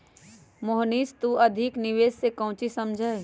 मोहनीश तू अधिक निवेश से काउची समझा ही?